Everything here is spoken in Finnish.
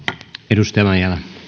arvoisa